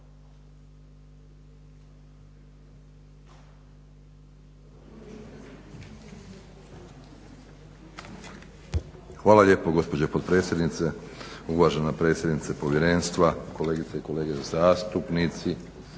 Hvala lijepo gospođo potpredsjednice. Uvažena predsjednice povjerenstva, kolegice i kolege zastupnici.